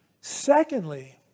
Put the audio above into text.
Secondly